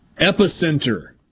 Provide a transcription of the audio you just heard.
Epicenter